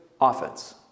offense